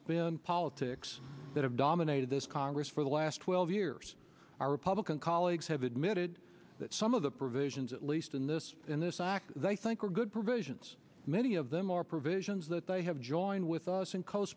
spend politics that have dominated this congress for the last twelve years our republican colleagues have admitted that some of the provisions at least in this in this act they think are good provisions many of them are provisions that they have joined with us in co